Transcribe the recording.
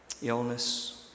illness